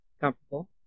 comfortable